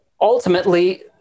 ultimately